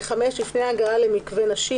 (5)לפני הגעה למקווה נשים,